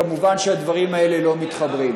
כמובן שהדברים האלה לא מתחברים.